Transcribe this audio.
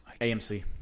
AMC